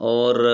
और